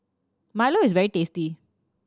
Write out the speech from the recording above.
milo is very tasty